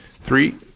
Three